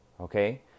okay